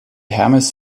hermes